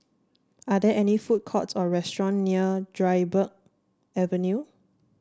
are there any food courts or restaurant near Dryburgh Avenue